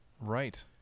Right